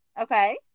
okay